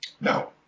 No